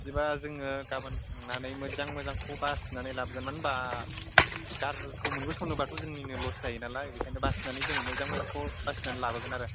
बिदिबा जोङो गाबोन थांनानै मोजां मोजांखौ बासिनानै लाबोगोन मानो होनबा गाज्रिखौ मोनबोस'नोबाथ' जोंनिनो लस जायो नालाय बेनिखायनो बासिनानै जों मोजां मोजांखौ बासिनानै लाबोगोन आरो